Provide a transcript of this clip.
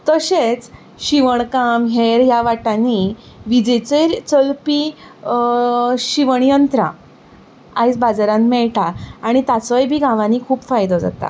तशेंच शिवणकाम हें ह्या वाटांनी विजेचेर चलपी शिवण यंत्रां आयज बाजारांत मेळटा आनी ताचोय बी गांवांनी खूब फायदो जाता